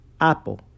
Apple